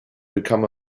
become